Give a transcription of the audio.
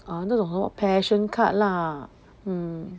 under the Hot Passion card lah